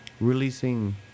releasing